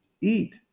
eat